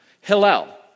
Hillel